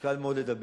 קל מאוד לדבר.